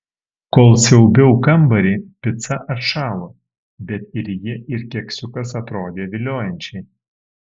kol siaubiau kambarį pica atšalo bet ir ji ir keksiukas atrodė viliojančiai